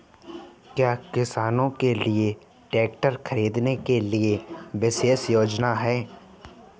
क्या किसानों के लिए ट्रैक्टर खरीदने के लिए विशेष योजनाएं हैं?